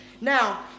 Now